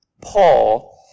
Paul